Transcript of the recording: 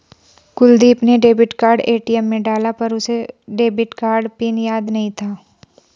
कुलदीप ने debit card ATM में डाला पर उसे डेबिट कार्ड पिन याद नहीं था